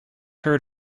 heard